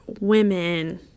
women